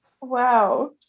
Wow